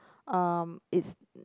um it's